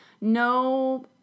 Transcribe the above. no